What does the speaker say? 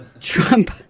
Trump